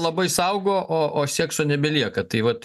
labai saugo o o sekso nebelieka tai vat